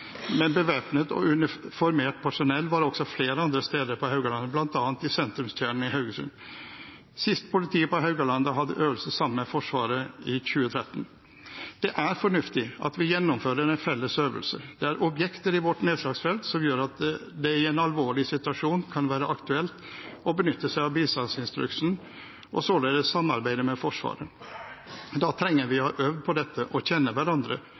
men bevæpnet og uniformert personell var også flere andre steder på Haugalandet, blant annet i sentrumskjernen i Haugesund. Sist politiet på Haugalandet hadde øvelse sammen med Forsvaret var i 2013. – Det er fornuftig at vi gjennomfører en felles øvelse. Det er objekter i vårt nedslagsfelt som gjør at det i en alvorlig situasjon kan være aktuelt å benytte seg av bistandsinstruksen og således samarbeide med Forsvaret. Da trenger vi å ha øvd på dette og kjenne hverandre,